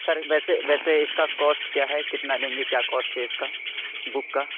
سر ویسے ویسے اِس کا کاسٹ کیا ہے کتنا لیں گے کیا کاسٹ ہے اِس کا بک کا